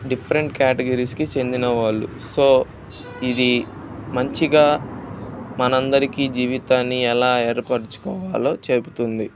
different క్యాటగరీస్కి చెందినవాళ్ళు so ఇది మంచిగా మనందరికి జీవితాన్ని ఎలా ఏర్పరుచుకోవాలో చెప్తుంది